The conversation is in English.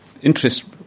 interest